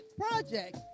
project